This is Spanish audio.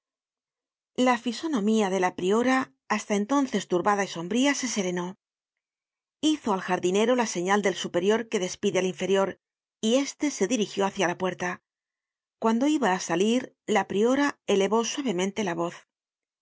la fisonomía de la priora hasta entonces turbada y sombría se serenó hizo al jardinero la señal del superior que despide al inferior y éste se dirigió hácia la puerta cuando iba á salir la priora elevó suavemente la voz